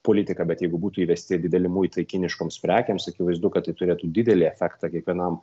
politika bet jeigu būtų įvesti dideli muitai kiniškoms prekėms akivaizdu kad tai turėtų didelį efektą kiekvienam